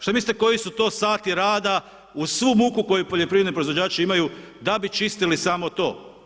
Šta mislite koji su to sati rada uz svu muku koju poljoprivredni proizvođači imaju da bi čistili samo to.